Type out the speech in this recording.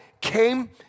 came